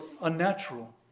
unnatural